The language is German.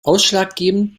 ausschlaggebend